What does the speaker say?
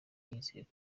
yizeye